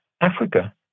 Africa